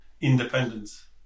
Independence